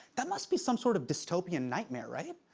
that must be some sort of dystopian nightmare, right?